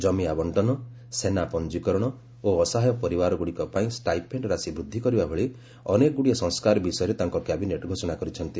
ଜମି ଆବଶ୍ଚନ ସେନାପଞ୍ଜୀକରଣ ଓ ଅସହାୟ ପରିବାରଗୁଡିକ ପାଇଁ ଷ୍ଟାଇପେଣ୍ଡ ରାଶି ବୃଦ୍ଧି କରିବା ଭଳି ଅନେକଗୁଡିଏ ସଂସ୍କାର ବିଷୟରେ ତାଙ୍କ କ୍ୟାବିନେଟ ଘୋଷଣା କରିଛନ୍ତି